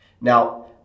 Now